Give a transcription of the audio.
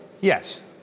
Yes